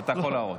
אתה יכול להראות.